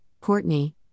Courtney